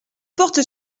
porte